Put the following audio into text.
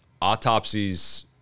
autopsies